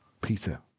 Peter